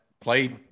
play